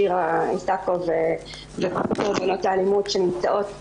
שירה איסקוב וכל קורבנות האלימות שנמצאות כאן,